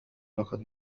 لقد